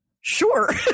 sure